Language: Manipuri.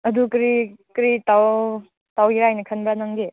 ꯑꯗꯨ ꯀꯔꯤ ꯀꯔꯤ ꯇꯧꯒꯦ ꯍꯥꯏ ꯈꯟꯕ ꯅꯪꯗꯤ